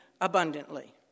abundantly